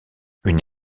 une